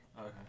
Okay